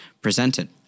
presented